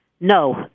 No